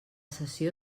sessió